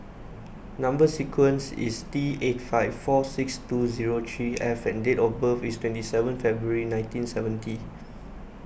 Number Sequence is T eight five four six two zero three F and date of birth is twenty seven February nineteen seventy